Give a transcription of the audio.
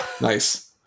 Nice